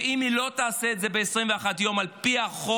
ואם היא לא תעשה את זה ב-21 יום על פי החוק,